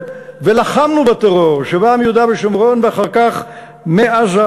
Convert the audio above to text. ולחמנו בטרור שבא מיהודה ושומרון ואחר כך מעזה,